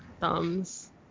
thumbs